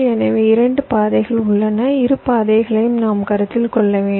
எனவே 2 பாதைகள் உள்ளன இரு பாதைகளையும் நாம் கருத்தில் கொள்ள வேண்டும்